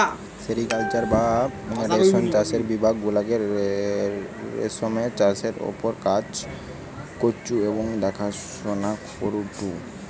sericulture বা রেশম চাষের বিভাগ গুলা রেশমের চাষের ওপর কাজ করঢু এবং দেখাশোনা করঢু